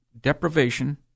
deprivation